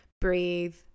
breathe